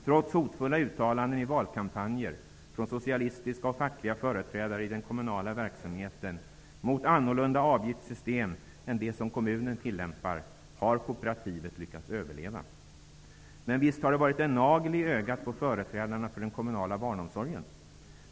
Trots hotfulla uttalanden i valkampanjer från socialistiska och fackliga företrädare i den kommunala verksamheten mot annorlunda avgiftssystem än det som kommunen tillämpar, har kooperativet lyckats överleva. Men visst har det varit en nagel i ögat på företrädare för den kommunala barnomsorgen.